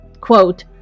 quote